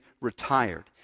retired